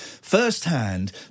firsthand